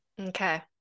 Okay